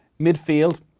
Midfield